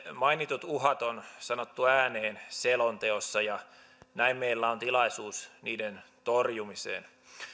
mainitut uhat on sanottu ääneen selonteossa ja näin meillä on tilaisuus niiden torjumiseen